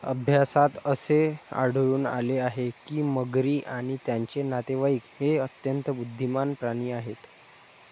अभ्यासात असे आढळून आले आहे की मगरी आणि त्यांचे नातेवाईक हे अत्यंत बुद्धिमान प्राणी आहेत